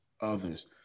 others